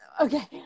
Okay